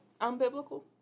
unbiblical